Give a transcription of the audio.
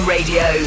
Radio